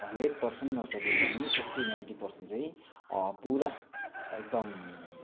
hundred percent नसके पनि eighty ninety percent चाहिँ पुरा एकदम